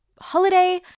holiday